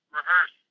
rehearse